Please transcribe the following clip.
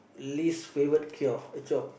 least favourite cure eh chore